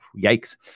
yikes